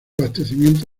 abastecimiento